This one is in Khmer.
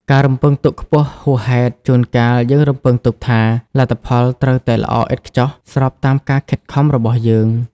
ការរំពឹងទុកខ្ពស់ហួសហេតុជួនកាលយើងរំពឹងទុកថា លទ្ធផលត្រូវតែល្អឥតខ្ចោះ ស្របតាមការខិតខំរបស់យើង។